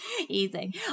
Easy